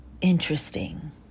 interesting